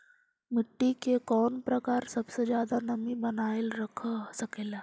मिट्टी के कौन प्रकार सबसे जादा नमी बनाएल रख सकेला?